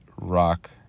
rock